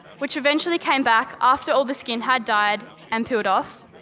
which eventually came back after all the skin had died and peeled off.